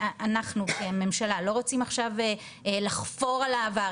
אנחנו כממשלה לא רוצים עכשיו ל'חפור' על העבר,